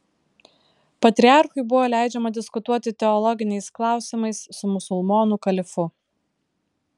patriarchui buvo leidžiama diskutuoti teologiniais klausimais su musulmonų kalifu